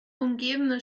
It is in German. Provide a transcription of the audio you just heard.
umgebende